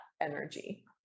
energy